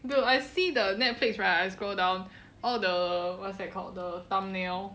look I see the netflix right I scroll down all the what's that called the thumbnail